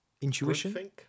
Intuition